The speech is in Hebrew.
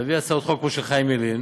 תביא הצעות חוק כמו של חיים ילין,